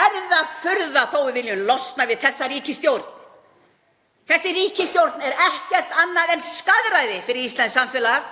Er það furða þó að við viljum losna við þessa ríkisstjórn? Þessi ríkisstjórn er ekkert annað en skaðræði fyrir íslenskt samfélag